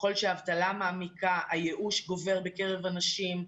ככל שהאבטלה מעמיקה, הייאוש גובר בקרב אנשים,